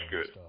good